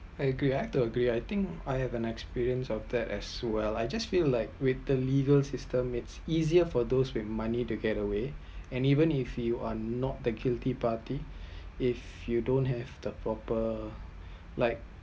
I agree I’ve to agree I think I have an experience of that as well I just feel like with the legal system it’s easier for those with money to get away and even if you are not the guilty party if you don’t have the proper like